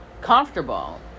comfortable